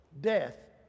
death